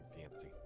fancy